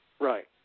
Right